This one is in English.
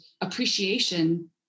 appreciation